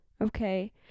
Okay